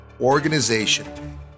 organization